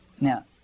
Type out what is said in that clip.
now